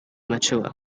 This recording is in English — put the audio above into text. mature